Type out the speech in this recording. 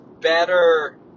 better